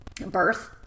birth